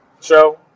show